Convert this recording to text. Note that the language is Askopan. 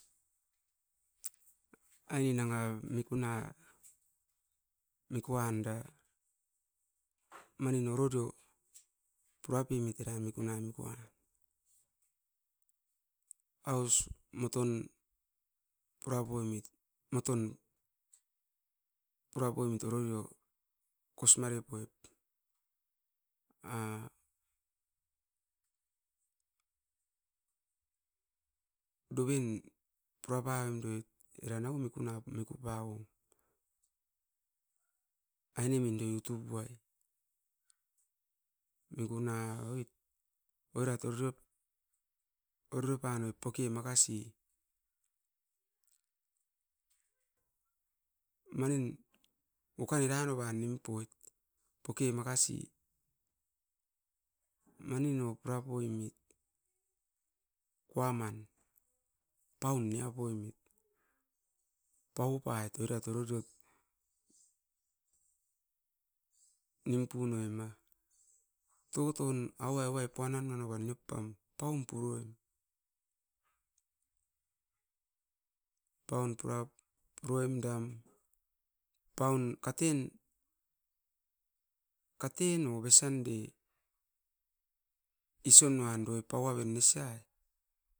Aine nanga mikuna mikuan da oro rio pura pemit era mikuna van, aus moton pura poimit, moton pura poimit oro rio kas mare poit. Doven pura pavoim doit era nauo mikuna puran aine min utu puai, mikuna oit. Oirat oro rio panoip poke makasi, manin pukan eran noan nim poit, poke poke makasi ma nin o pura poiemit. Paun, pau pait oirat ororiot toan. Nim punoven ma, toton auvai puanan anoa niop pam. Paun puroim, paun puroim dam, paun katen o besande ison nanoa pau aven nesai.